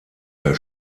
der